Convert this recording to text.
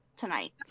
tonight